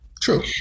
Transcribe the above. True